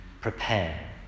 prepare